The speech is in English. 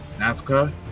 Africa